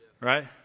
Right